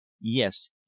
Yes